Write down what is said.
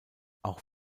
auch